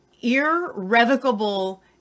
irrevocable